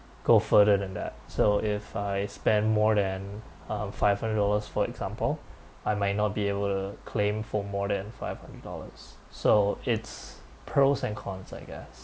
go further than that so if I spend more than um five hundred dollars for example I might not be able to claim for more than five hundred dollars so it's pros and cons I guess